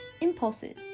impulses